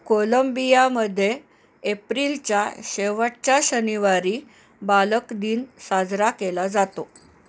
कोलंबियामध्ये एप्रिलच्या शेवटच्या शनिवारी बालकदिन साजरा केला जातो